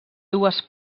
dues